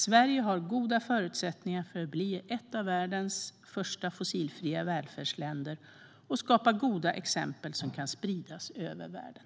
Sverige har goda förutsättningar att bli ett av världens första fossilfria välfärdsländer och skapa goda exempel som kan spridas över världen.